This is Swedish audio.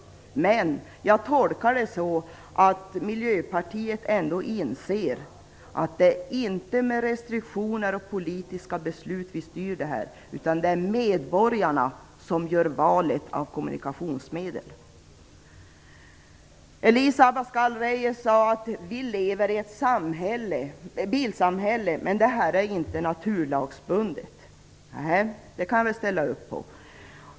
Men jag tolkar det så att Miljöpartiet ändå inser att det inte är med restriktioner och politiska beslut som detta styrs, utan det är medborgarna som styr valet av kommunikationsmedel. Elisa Abascal Reyes sade att vi lever i ett bilsamhälle, men att detta inte är naturlagsbundet. Ja, det kan jag väl ställa upp på.